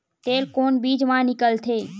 तेल कोन बीज मा निकलथे?